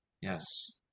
Yes